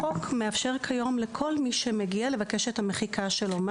החוק מאפשר כיום לכל מי שמגיע לבקש את המחיקה שלו.